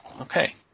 Okay